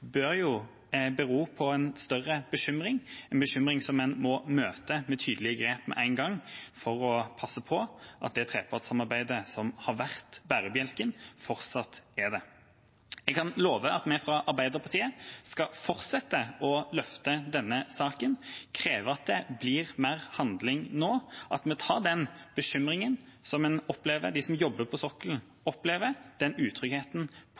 bør jo bero på en større bekymring, en bekymring som en må møte med tydelige grep med én gang, for å passe på at det trepartssamarbeidet som har vært bærebjelken, fortsatt er det. Jeg kan love at vi fra Arbeiderpartiet skal fortsette å løfte denne saken, kreve at det blir mer handling nå, at vi tar på alvor den bekymringen og den utryggheten som de som jobber på sokkelen, opplever, og fortsette å utfordre regjeringa på